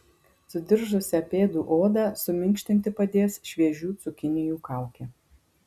sudiržusią pėdų odą suminkštinti padės šviežių cukinijų kaukė